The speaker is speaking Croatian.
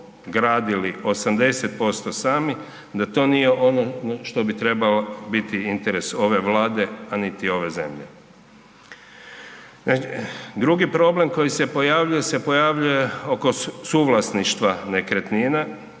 dogradili 80% sami, da to nije ono što bi trebalo biti interes ove Vlade, a niti ove zemlje. Drugi problem koji se pojavljuje se pojavljuje oko suvlasništva nekretnina.